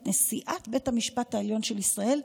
את נשיאת בית המשפט העליון של ישראל,